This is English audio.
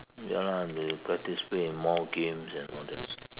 ya lah they participate in more games and all that